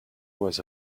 was